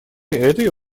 этой